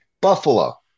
Buffalo